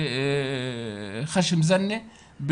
בחאשם זאנה,